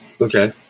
Okay